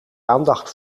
aandacht